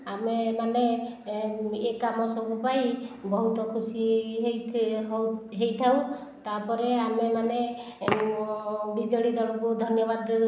ଆମେମାନେ ଏହି କାମ ସବୁ ପାଇ ବହୁତ ଖୁସି ହୋଇଥାଉ ତାପରେ ଆମେମାନେ ବିଜେଡ଼ି ଦଳକୁ ଧନ୍ୟବାଦ